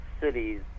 cities